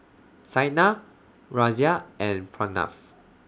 Saina Razia and Pranav